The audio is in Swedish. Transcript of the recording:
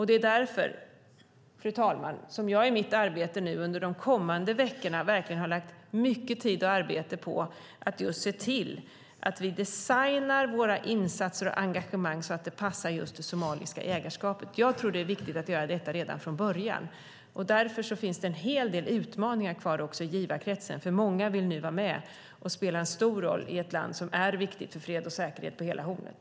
Det är därför som jag i mitt arbete nu och under de kommande veckorna lägger mycket tid och arbete på att se till att vi designar våra insatser och vårt engagemang så att det passar just det somaliska ägarskapet. Jag tror att det är viktigt att göra detta redan från början. Därför finns det en hel del utmaningar kvar också i givarkretsen eftersom många nu vill vara med och spela en stor roll i ett land som är viktigt för fred och säkerhet på hela Hornet.